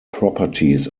properties